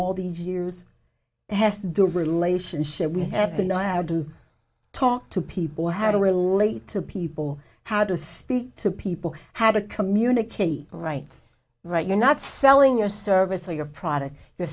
all these years has to do a relationship we have to know how to talk to people how to relate to people how to speak to people how to communicate right right you're not selling your service or your product